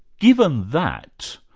given that,